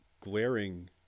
glaring